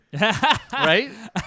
Right